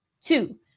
Two